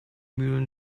mühlen